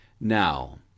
now